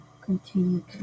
continue